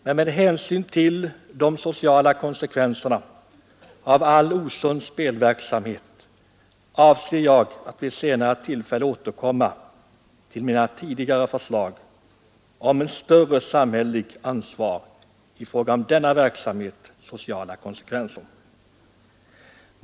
Men med hänsyn till de sociala konsekvenserna av all osund spelverksamhet avser jag att vid senare tillfälle återkomma till mina tidigare förslag om ett större samhälleligt ansvar i fråga om denna verksamhets sociala konsekvenser.